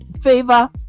favor